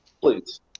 Please